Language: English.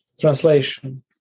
translation